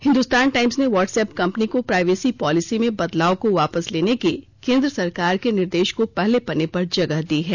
Hindustan Times ने WhatsApp company को privacy policy में बदलाव को वापस लेने के केंद्र सरकार के निर्देश को पहले पन्ने पर जगह दी है